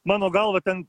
mano galva ten